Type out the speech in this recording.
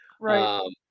Right